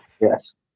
Yes